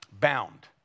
Bound